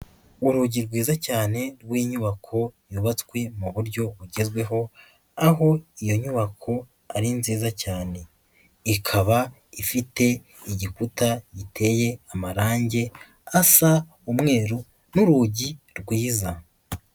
Urugi rwiza cyane rw'inyubako yubatswe mu buryo bugezweho aho iyo nyubako ari nziza cyane, ikaba ifite igikuta giteye amarangi asa umweru n'urugi rwiza.